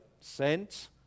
sent